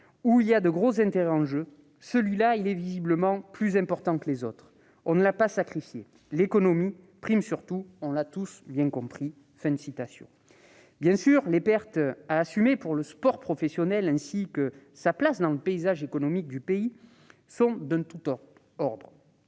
où il y a de gros intérêts en jeu. Celui-là, il est visiblement plus important que les autres, on ne l'a pas sacrifié. L'économie prime sur tout, on l'a tous bien compris. » Bien sûr, les pertes à assumer pour le sport professionnel, ainsi que sa place dans le paysage économique du pays, sont d'un tout autre